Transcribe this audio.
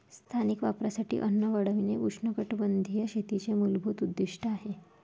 स्थानिक वापरासाठी अन्न वाढविणे उष्णकटिबंधीय शेतीचे मूलभूत उद्दीष्ट आहे